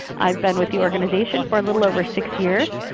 i've been with the organization for a little over six years,